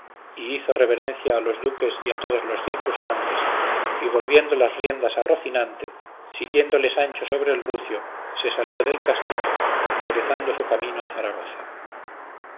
hizo reverencia a los duques y a todos los circunstantes y volviendo las riendas a rocinante siguiéndole sancho sobre el rucio se salió del castillo enderezando su camino a zaragoza